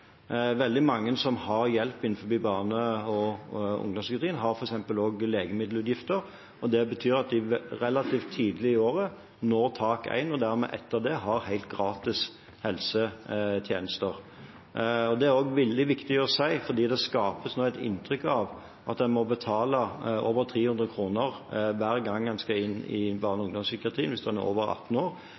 de relativt tidlig på året når tak 1, og har dermed helt gratis helsetjenester etter det. Det er det også veldig viktig å si, for det skapes nå et inntrykk av at en må betale over 300 kr hver gang man er innom barne- og ungdomspsykiatrien hvis man er over 18 år.